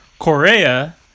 Korea